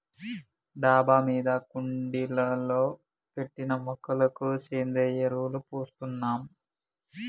డాబా మీద కుండీలలో పెట్టిన మొక్కలకు సేంద్రియ ఎరువులు పోస్తున్నాం